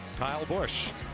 kyle busch,